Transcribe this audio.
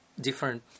different